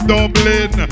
Dublin